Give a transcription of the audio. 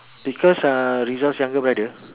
because uh rizal's younger brother